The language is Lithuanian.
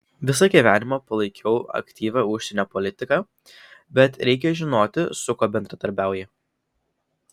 visą gyvenimą palaikiau aktyvią užsienio politiką bet reikia žinoti su kuo bendradarbiauji